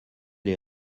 les